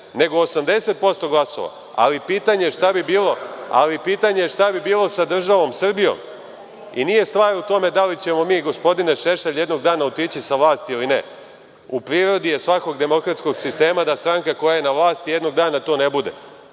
nego 80% glasova, ali pitanje je šta bi bilo sa državom Srbijom, i nije stvar u tome da li ćemo mi, gospodine Šešelj, jednog dana otići sa vlasti ili ne, u prirodi je svakog demokratskog sistema da stranka koja je na vlasti, jednog dana to ne bude,